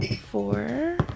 four